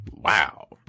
Wow